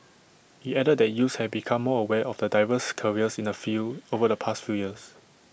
IT added that youths have become more aware of the diverse careers in the field over the past few years